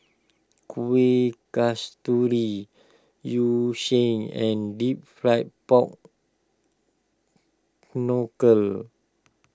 Kuih Kasturi Yu Sheng and Deep Fried Pork Knuckle